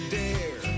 dare